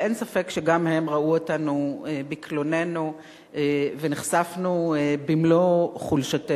אבל אין ספק שגם הם ראו אותנו בקלוננו ונחשפנו במלוא חולשתנו.